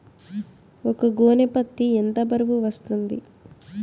ఒక గోనె పత్తి ఎంత బరువు వస్తుంది?